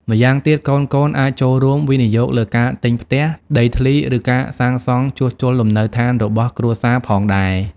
ម្យ៉ាងទៀត កូនៗអាចចូលរួមវិនិយោគលើការទិញផ្ទះ ដីធ្លី ឬការសាងសង់ជួសជុលលំនៅឋានរបស់គ្រួសារផងដែរ។